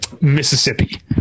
Mississippi